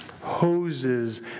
hoses